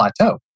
plateau